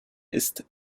ist